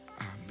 Amen